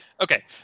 Okay